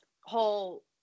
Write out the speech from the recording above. whole